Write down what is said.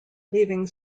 leaving